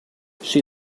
she